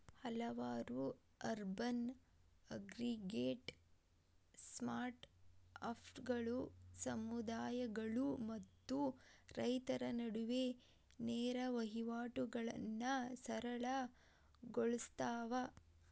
ಹಲವಾರು urban agritech ಸ್ಟಾರ್ಟ್ಅಪ್ಗಳು ಸಮುದಾಯಗಳು ಮತ್ತು ರೈತರ ನಡುವೆ ನೇರ ವಹಿವಾಟುಗಳನ್ನಾ ಸರಳ ಗೊಳ್ಸತಾವ